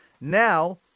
now